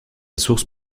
source